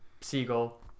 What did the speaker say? seagull